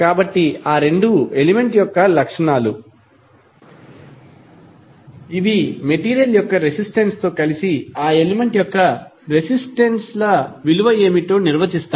కాబట్టి ఈ రెండు ఆ ఎలిమెంట్ యొక్క లక్షణాలు ఇవి మెటీరియల్ యొక్క రెసిస్టెన్స్ తో కలిసి ఆ ఎలిమెంట్ యొక్క రెసిస్టెన్స్ ల విలువ ఏమిటో నిర్వచిస్తాయి